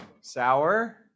sour